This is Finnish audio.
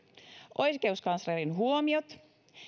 oikeuskanslerin huomiot